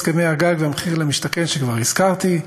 הסכמי הגג ותוכנית מחיר למשתכן שכבר הזכרתי,